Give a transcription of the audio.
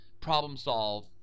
problem-solve